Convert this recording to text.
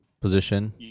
position